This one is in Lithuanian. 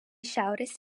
šiaurės